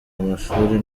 amashuri